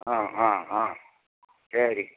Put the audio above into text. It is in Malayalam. ആ ആ ആ ശരി